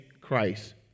Christ